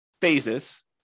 phases